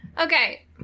Okay